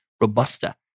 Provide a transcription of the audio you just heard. robusta